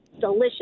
delicious